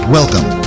Welcome